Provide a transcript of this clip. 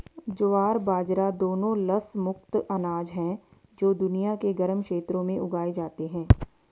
ज्वार बाजरा दोनों लस मुक्त अनाज हैं जो दुनिया के गर्म क्षेत्रों में उगाए जाते हैं